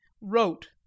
wrote